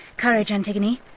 courage antigone!